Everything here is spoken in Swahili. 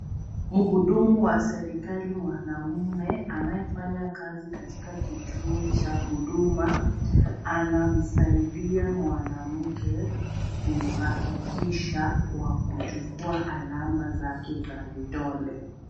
Mhudumu wa serikali mwanaume anayefanya kazi katika kituo cha huduma anamsaidia mwanamke kuhakikisha kwa kuchukua alama zake za vidole.